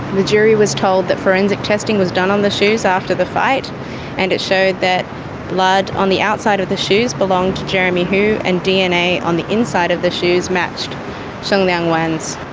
the jury was told that forensic testing was done on the shoes after the fight and it showed that blood on the outside of the shoes belonged to jeremy hu, and dna on the inside of the shoes matched shengliang wan's.